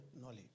Knowledge